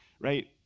right